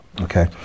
okay